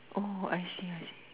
orh I see I see